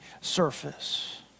surface